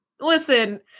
listen